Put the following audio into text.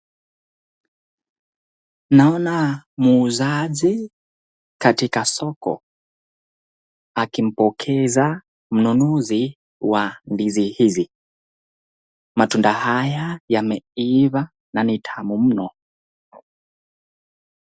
Naona muuzaji katika soko, akimpokeza mnunuzi wa ndizi hizi. matunda haya yameiva na ni tamu mno.